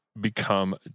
become